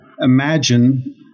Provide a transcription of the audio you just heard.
imagine